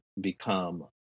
become